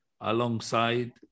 alongside